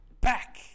back